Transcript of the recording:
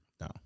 no